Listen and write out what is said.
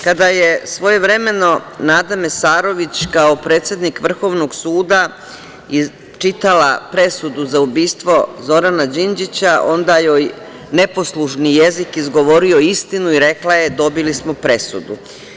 Kada je svojevremeno Nada Mesarović, kao predsednik Vrhovnog suda, čitala presudu za ubistvo Zorana Đinđića, onda joj je neposlušni jezik izgovorio istinu i rekla je - dobili smo presudu.